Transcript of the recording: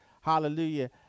Hallelujah